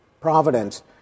Providence